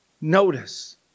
Notice